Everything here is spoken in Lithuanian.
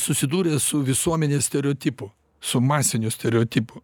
susidūrė su visuomenės stereotipu su masiniu stereotipu